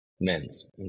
Men's